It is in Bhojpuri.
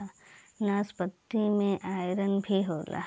नाशपाती में आयरन भी होला